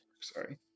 sorry